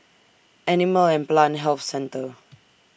Animal and Plant Health Centre